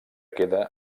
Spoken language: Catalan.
queda